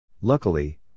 Luckily